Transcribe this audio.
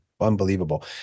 unbelievable